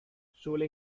suele